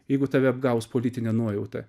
jeigu tave apgaus politinė nuojauta